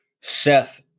Seth